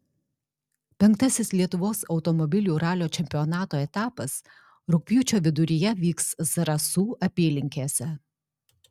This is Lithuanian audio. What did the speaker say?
penktasis lietuvos automobilių ralio čempionato etapas rugpjūčio viduryje vyks zarasų apylinkėse